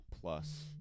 plus